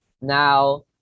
Now